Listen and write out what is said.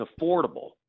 affordable